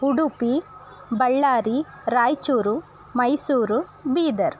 Udupi Ballari Raichur Mysuru Bidar